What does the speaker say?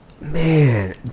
man